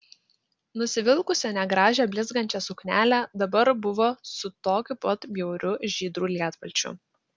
nusivilkusi negražiąją blizgančią suknelę dabar buvo su tokiu pat bjauriu žydru lietpalčiu